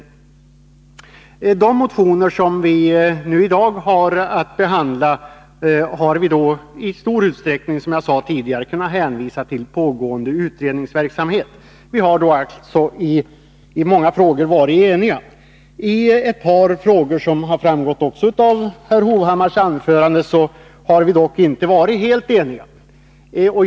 När det gäller de motioner som vi har att behandla i dag har vi i utskottet i stor utsträckning kunnat hänvisa till pågående utredningsverksamhet. Vi har i många frågor varit eniga. I ett par frågor har vi dock — såsom också framgått av herr Hovhammars anförande — inte varit helt eniga.